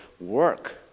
work